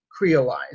creolized